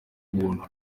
buntu